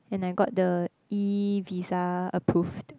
and I got the E-visa approved